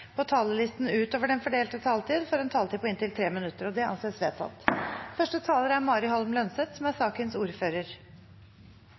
på talerlisten utover den fordelte taletid, får en taletid på inntil 3 minutter. – Det anses vedtatt.